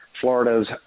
Florida's